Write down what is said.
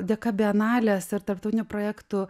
dėka bienalės ir tarptautinių projektų